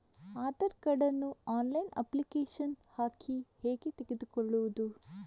Aadhaar card ನ್ನು online application ಹಾಕಿ ಹೇಗೆ ತೆಗೆದುಕೊಳ್ಳುವುದು?